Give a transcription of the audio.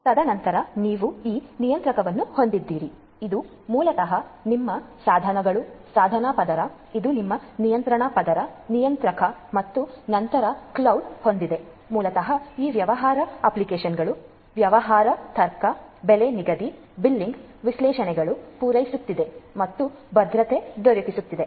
ತದನಂತರ ನೀವು ಈ ನಿಯಂತ್ರಕವನ್ನು ಹೊಂದಿದ್ದೀರಿ ಇವು ಮೂಲತಃ ನಿಮ್ಮ ಸಾಧನಗಳು ಸಾಧನ ಪದರ ಇದು ನಿಮ್ಮ ನಿಯಂತ್ರಣ ಪದರ ನಿಯಂತ್ರಕ ಮತ್ತು ನಂತರ ಕ್ಲೌಡ್ ಹೊಂದಿದೆ ಮೂಲತಃ ಈ ವ್ಯವಹಾರ ಅಪ್ಲಿಕೇಶನ್ಗಳು ವ್ಯವಹಾರ ತರ್ಕ ಬೆಲೆ ನಿಗದಿ ಬಿಲ್ಲಿಂಗ್ ವಿಶ್ಲೇಷಣೆಗಳನ್ನು ಪೂರೈಸುತ್ತದೆ ಮತ್ತು ಭದ್ರತೆ ದೊರಕಿಸುತದೆ